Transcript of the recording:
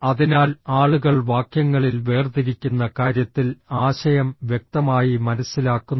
അതിനാൽ ആളുകൾ വാക്യങ്ങളിൽ വേർതിരിക്കുന്ന കാര്യത്തിൽ ആശയം വ്യക്തമായി മനസ്സിലാക്കുന്നു